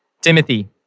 Timothy